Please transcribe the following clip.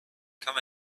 come